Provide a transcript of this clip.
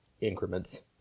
increments